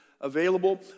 available